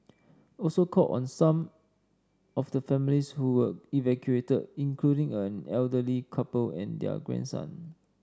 also called on some of the families who were evacuated including an elderly couple and their grandson